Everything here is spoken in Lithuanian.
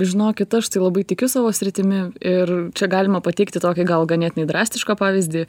žinokit aš tai labai tikiu savo sritimi ir čia galima pateikti tokį gal ganėtinai drastišką pavyzdį